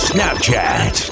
Snapchat